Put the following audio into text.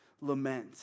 lament